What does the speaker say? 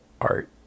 art